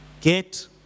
get